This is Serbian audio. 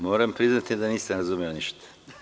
Moram priznati da nisam razumeo ništa.